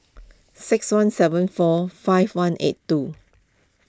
six one seven four five one eight two